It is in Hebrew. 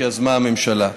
שיזמה הממשלה.